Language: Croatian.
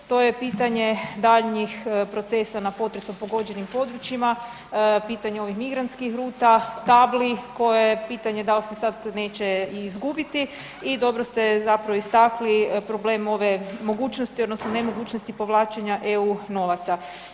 To je pitanje daljnjih procesa na potresu pogođenim područjima, pitanje ovih migrantskih ruta, tabli koje je pitanje da li se sad neće i izgubiti i dobro ste zapravo istakli problem ove, mogućnosti odnosno nemogućnosti povla enja EU novaca.